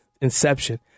inception